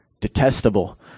detestable